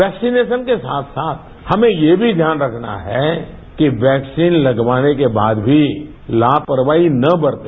vaccination के साथ साथ हमें यह भी ध्यान रखना है कि वैक्सीन लगवाने के बाद भी लापरवाही न बरतें